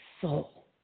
soul